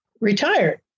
retired